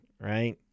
right